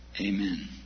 Amen